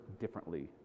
differently